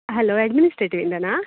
hello ಅಡ್ಮಿನಿಸ್ಟ್ರೇಟಿವಿಂದನಾ